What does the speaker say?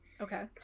Okay